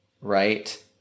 right